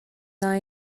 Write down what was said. are